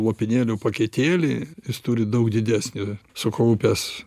lopinėlių paketėlį jis turi daug didesnį sukaupęs